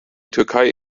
türkei